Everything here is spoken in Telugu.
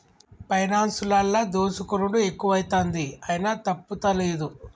పైనాన్సులల్ల దోసుకునుడు ఎక్కువైతంది, అయినా తప్పుతలేదు